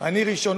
אני ראשון,